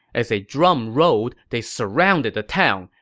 as a drum rolled, they surrounded the town.